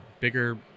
bigger